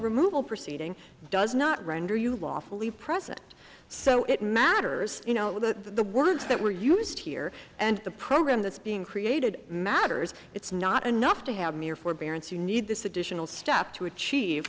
removal proceeding does not render you lawfully present so it matters you know the words that were used here and the program that's being created matters it's not enough to have mere forbearance you need this additional step to achieve